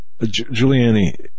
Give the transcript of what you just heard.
Giuliani